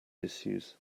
issues